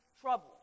trouble